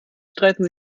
streiten